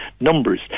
numbers